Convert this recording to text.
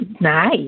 Nice